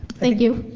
thank you.